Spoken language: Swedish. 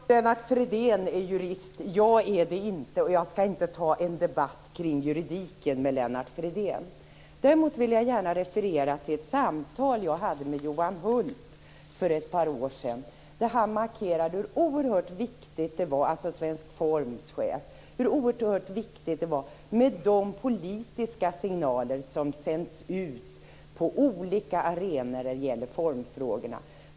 Fru talman! Jag vet inte om Lennart Fridén är jurist, men jag är det inte. Jag skall inte ta en debatt om juridiken med honom. Däremot vill jag gärna referera till ett samtal jag hade med Johan Huldt, Svensk Forms chef, för ett par år sedan. Han markerade hur oerhört viktiga de politiska signaler är som sänds ut på olika arenor när det gäller formfrågorna.